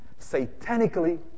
satanically